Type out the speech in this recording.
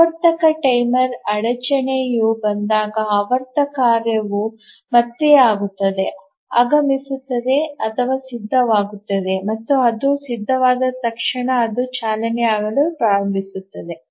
ಆವರ್ತಕ ಟೈಮರ್ ಅಡಚಣೆಯು ಬಂದಾಗ ಆವರ್ತಕ ಕಾರ್ಯವು ಮತ್ತೆ ಆಗುತ್ತದೆ ಆಗಮಿಸುತ್ತದೆ ಅಥವಾ ಸಿದ್ಧವಾಗುತ್ತದೆ ಮತ್ತು ಅದು ಸಿದ್ಧವಾದ ತಕ್ಷಣ ಅದು ಚಾಲನೆಯಾಗಲು ಪ್ರಾರಂಭಿಸುತ್ತದೆ